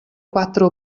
quattro